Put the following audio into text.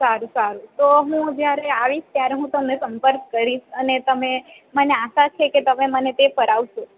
સારું સારૂ તો હું જ્યારે આવીશ ત્યારે હું તમને સંપર્ક કરીશ અને તમે મને આશા છે કે તમે મને તે ફરાવશો